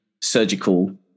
surgical